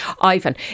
Ivan